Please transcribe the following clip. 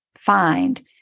find